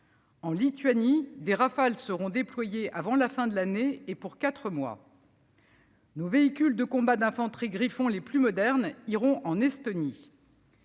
En Lituanie, des Rafale seront déployés avant la fin de l'année et pour quatre mois. Nos véhicules de combat d'infanterie Griffon les plus modernes iront en Estonie.